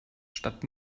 statt